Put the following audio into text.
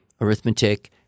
arithmetic